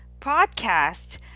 podcast